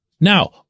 Now